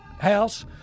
house